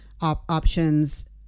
options